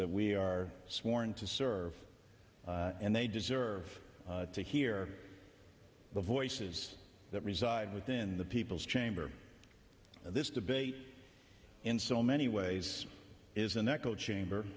that we are sworn to serve and they deserve to hear the voices that reside within the people's chamber and this debate in so many ways is an echo chamber